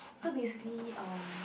so basically um